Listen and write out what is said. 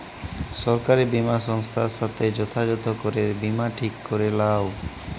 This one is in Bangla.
সরকারি বীমা সংস্থার সাথে যগাযগ করে বীমা ঠিক ক্যরে লাও